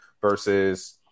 versus